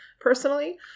personally